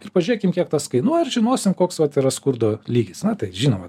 ir pažiūrėkim kiek tas kainuoja ir žinosim koks vat yra skurdo lygis na tai žinoma